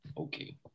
Okay